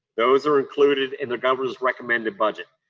those are included in the governor's recommended budget.